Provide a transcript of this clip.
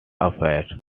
affair